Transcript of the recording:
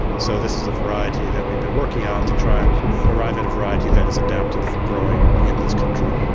so this is a variety that we've been working on to try and arrive at a variety that is adapted for growing in this country.